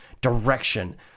Direction